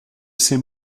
c’est